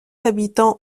habitants